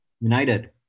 United